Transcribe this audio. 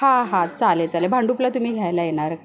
हा हा चालेल चालेल भांडुपला तुम्ही घ्यायला येणार का